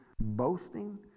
boasting